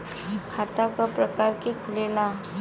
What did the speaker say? खाता क प्रकार के खुलेला?